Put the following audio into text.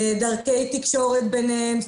דרכי תקשורת ביניהם.